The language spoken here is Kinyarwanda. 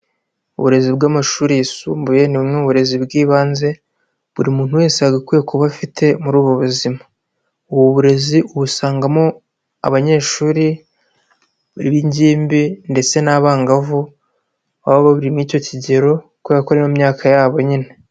Uburezi bw'amashuri yisumbuye ni bumwe mu uburezi bw'ibanze buri muntu wese yagakwiye kuba afite muri ubu buzima. Ubu burezi ubusangamo abanyeshuri b'ingimbi ndetse n'abangavu, baba bari muri icyo kigero kubera ko niyo myaka yabo nyine.